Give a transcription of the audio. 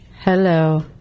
Hello